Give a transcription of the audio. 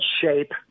shape